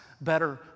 better